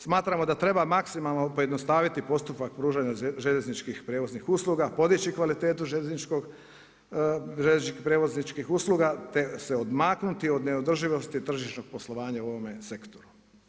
Smatramo da treba maksimalno pojednostaviti postupak pružanja željezničkih prijevoznih usluga, podići kvalitetu željezničkih prijevozničkih usluga te se odmaknuti od neodrživosti tržišnog poslovanja u ovome sektoru.